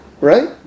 right